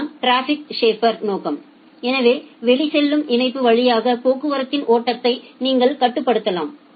இதுதான் traffic shaper நோக்கம் எனவே வெளிச்செல்லும் இணைப்பு வழியாக போக்குவரத்தின் ஓட்டத்தை நீங்கள் கட்டுப்படுத்தலாம்